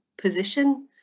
position